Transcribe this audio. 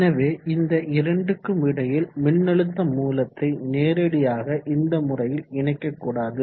எனவே இந்த இரண்டுக்கும் இடையில் மின்னழுத்த மூலத்தை நேரடியாக இந்த முறையில் இணைக்க கூடாது